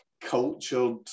cultured